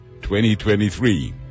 2023